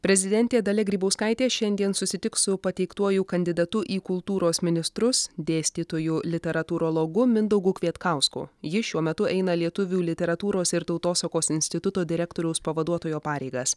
prezidentė dalia grybauskaitė šiandien susitiks su pateiktuoju kandidatu į kultūros ministrus dėstytoju literatūrologu mindaugu kvietkausku jis šiuo metu eina lietuvių literatūros ir tautosakos instituto direktoriaus pavaduotojo pareigas